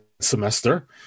semester